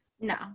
No